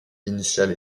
initiale